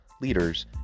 leaders